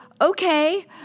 okay